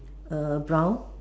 err brown